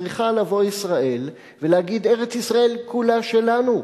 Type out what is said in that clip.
צריכה לבוא ישראל ולהגיד ארץ-ישראל כולה שלנו,